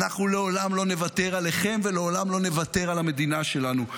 ואנחנו לעולם לא נוותר עליכם ולעולם לא נוותר על המדינה שלנו.